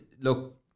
look